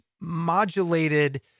modulated